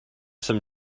some